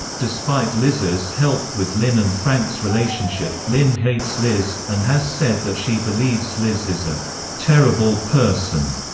despite liz's help with lynn and frank's relationship, lynn hates liz, and has said that she believes liz is a terrible person.